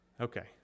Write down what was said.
Okay